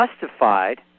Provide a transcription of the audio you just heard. justified